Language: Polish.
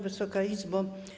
Wysoka Izbo!